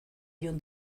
jon